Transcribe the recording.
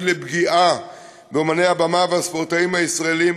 לפגיעה באמני הבמה והספורטאים הישראלים,